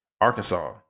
Arkansas